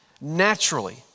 naturally